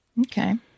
Okay